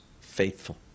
faithful